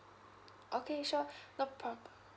okay sure no problem